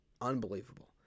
unbelievable